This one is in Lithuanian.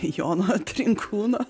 jono trinkūno